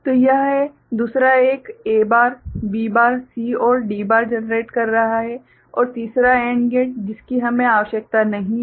तो यह है दूसरा एक A bar B bar C और D बार जनरेट कर रहा है और तीसरा AND गेट जिसकी हमें आवश्यकता नहीं है